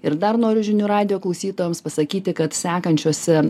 ir dar noriu žinių radijo klausytojams pasakyti kad sekančiose